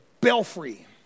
belfry